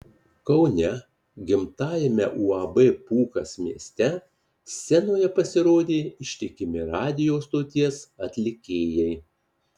kaune gimtajame uab pūkas mieste scenoje pasirodė ištikimi radijo stoties atlikėjai